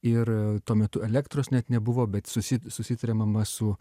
ir a tuo metu elektros net nebuvo bet susit susitariamama su